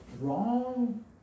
wrong